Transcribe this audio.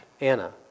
Anna